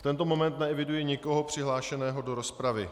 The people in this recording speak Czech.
V tento moment neeviduji nikoho přihlášeného do rozpravy.